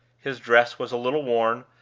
his dress was a little worn,